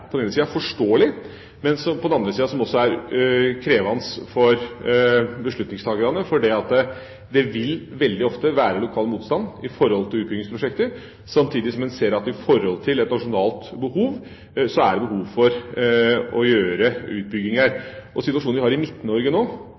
forståelig, men som på den andre siden er krevende for beslutningstakerne, fordi det veldig ofte vil være lokal motstand mot utbyggingsprosjekter, samtidig som en ser at det nasjonalt er behov for å gjøre utbygginger. Situasjonen vi har i Midt-Norge nå,